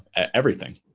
everything,